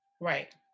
right